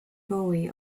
bowie